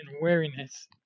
weariness